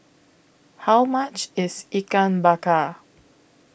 How much IS Ikan Bakar